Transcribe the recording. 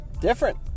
different